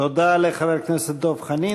תודה לחבר הכנסת דב חנין.